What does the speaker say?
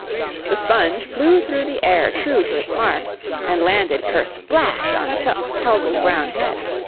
the sponge flew through the air true to its mark and landed kersplash on chuck's tousled brown head.